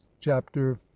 chapter